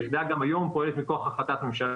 היחידה גם היום פועלת מכוח החלטת ממשלה,